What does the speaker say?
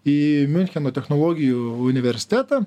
į miuncheno technologijų universitetą